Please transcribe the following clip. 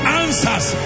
answers